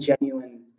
genuine